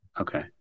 Okay